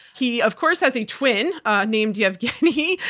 he, of course, has a twin named yevgeny,